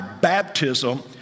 baptism